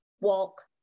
walk